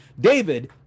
David